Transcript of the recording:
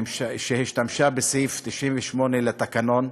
שהשתמשה בסעיף 98 לתקנון,